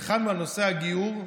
נלחמנו על נושא הגיור,